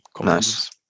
nice